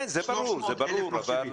כן, זה ברור, אבל